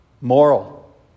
Moral